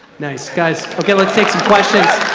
nice, guys, okay let's take some questions.